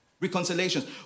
reconciliations